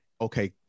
okay